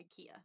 IKEA